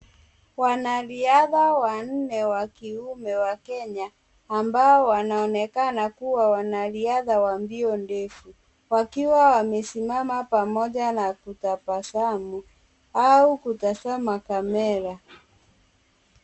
Wanariadha wanne wa kiume wa Kenya, ambao wanaonekana kuwa wanariadha wa mbio ndefu, wakiwa wamesimama pamoja na kutabasamu au kutazama kamera.